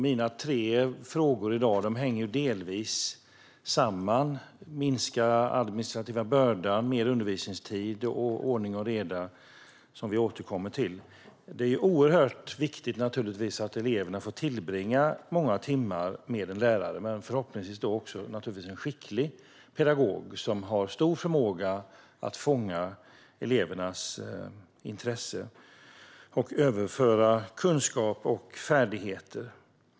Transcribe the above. Mina tre frågor i dag hänger delvis samman: minskning av den administrativa bördan, mer undervisningstid samt ordning och reda, vilket vi ska återkomma till. Det är naturligtvis oerhört viktigt att eleverna får tillbringa många timmar med en skicklig pedagog som har stor förmåga att fånga elevernas intresse och överföra kunskap och färdigheter.